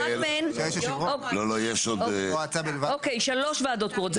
אחת מהן, אוקיי, שלוש ועדות קרואות.